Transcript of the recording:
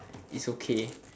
it's okay